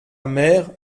mère